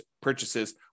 purchases